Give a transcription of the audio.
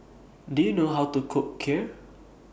Do YOU know How to Cook Kheer